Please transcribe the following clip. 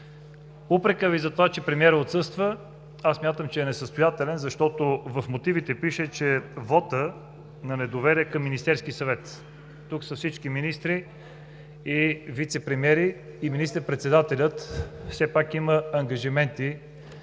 Упрекът Ви за това, че премиерът отсъства, аз смятам, че е несъстоятелен, защото в мотивите пише, че „вотът на недоверие е към Министерския съвет“. Тук са всички министри и вицепремиери. Министър-председателят все пак има ангажименти,